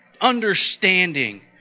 understanding